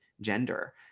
gender